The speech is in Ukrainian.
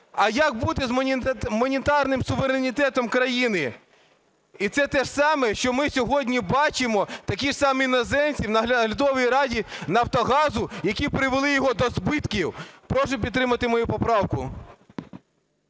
А як бути з монетарним суверенітетом країни? І це те саме, що ми сьогодні бачимо: такі самі іноземці в наглядовій раді Нафтогазу, які привели його до збитків. Прошу підтримати мою поправку.